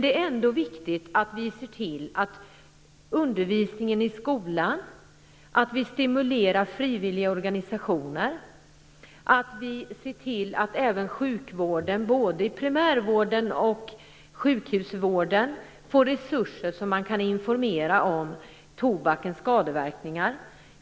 Det är ändå viktigt att vi i det här sammanhanget ser vilken roll undervisningen i skolan spelar, att vi stimulerar frivilliga organisationer och att vi ser till att sjukvården, både primärvården och sjukhusvården, får resurser så att man kan informera om tobakens skadeverkningar.